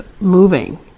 moving